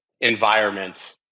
environment